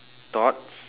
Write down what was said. thoughts